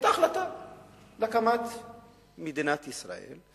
היתה החלטה על הקמת מדינת ישראל,